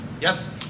Yes